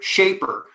Shaper